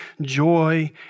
joy